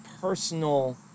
personal